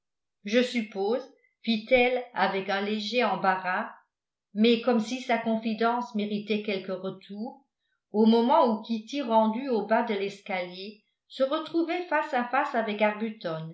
je suppose fit-elle avec un léger embarras mais comme si sa confidence méritait quelque retour au moment où kitty rendue au bas de l'escalier se retrouvait face à face avec arbuton